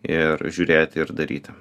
ir žiūrėti ir daryti